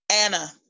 Anna